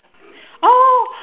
oh